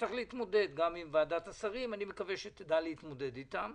תצטרך להתמודד גם עם ועדת השרים ואני מקווה שתדע להתמודד אתה.